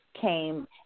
came